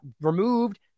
removed